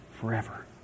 forever